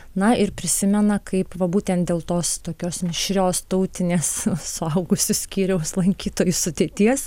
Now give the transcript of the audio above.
na ir prisimena kaip va būtent dėl tos tokios mišrios tautinės suaugusių skyriaus lankytojų sudėties